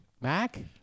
Mac